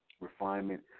Refinement